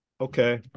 okay